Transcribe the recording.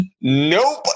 Nope